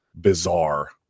bizarre